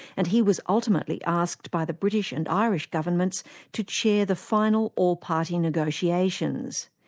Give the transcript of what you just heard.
and he was ultimately asked by the british and irish governments to chair the final all-party negotiations.